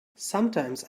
sometimes